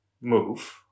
move